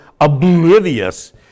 oblivious